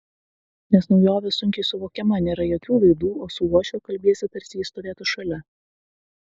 nes naujovė sunkiai suvokiama nėra jokių laidų o su uošve kalbiesi tarsi ji stovėtų šalia